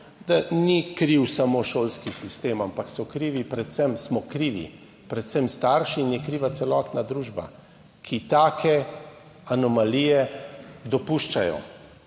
da ni kriv samo šolski sistem, ampak smo krivi predvsem starši in je kriva celotna družba, ki take anomalije dopušča.